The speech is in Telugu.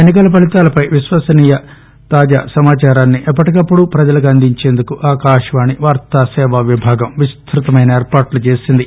ఎన్నికల ఫలీతాలపై విశ్వసనీయమైన తాజా సమాచారాన్ని ఎప్పటికప్పుడు ప్రజలకు అందించేందుకు ఆకాశవాణి వార్తాసేవా విభాగం విస్తృతమైన ఏర్పాట్లు చేసింది